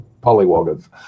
polywoggers